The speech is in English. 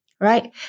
right